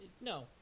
No